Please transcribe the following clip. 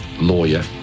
lawyer